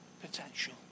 potential